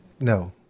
No